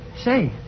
Say